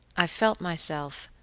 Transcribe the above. i felt myself,